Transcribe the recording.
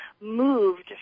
moved